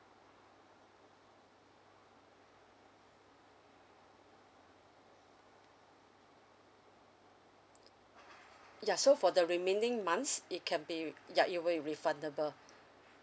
ya so for the remaining months it can be ya it will refundable